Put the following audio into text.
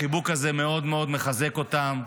החיבוק הזה מאוד מאוד מחזק אותם.